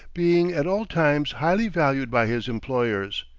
being at all times highly valued by his employers,